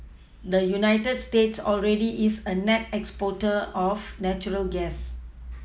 the United States already is a net exporter of natural gas